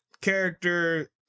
character